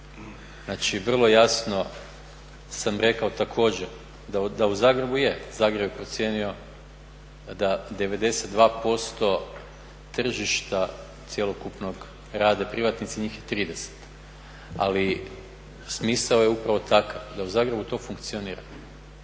Znači vrlo jasno sam rekao također da u Zagrebu je, Zagreb je procijenio da 92% tržišta cjelokupnog rade privatnici, njih 30, ali smisao je upravo takav da u Zagrebu to funkcionira.